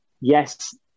yes